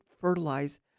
fertilize